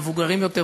המבוגרים יותר,